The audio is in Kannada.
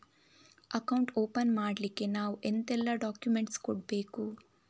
ಅಕೌಂಟ್ ಓಪನ್ ಮಾಡ್ಲಿಕ್ಕೆ ನಾವು ಎಂತೆಲ್ಲ ಡಾಕ್ಯುಮೆಂಟ್ಸ್ ಕೊಡ್ಬೇಕು?